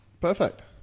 perfect